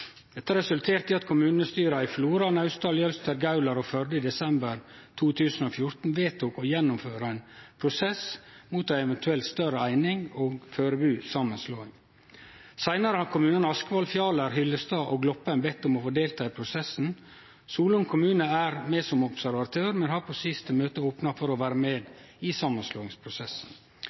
Dette resulterte i at kommunestyra i Flora, Naustdal, Jølster, Gaular og Førde i desember 2014 vedtok å gjennomføre ein prosess mot ei eventuell større eining og førebu samanslåing. Seinare har kommunane Askvoll, Fjaler, Hyllestad og Gloppen bedt om å få delta i prosessen. Solund kommune er med som observatør, men har på siste møte opna for å vere med i samanslåingsprosessen.